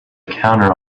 counter